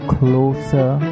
closer